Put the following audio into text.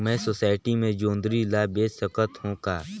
मैं सोसायटी मे जोंदरी ला बेच सकत हो का?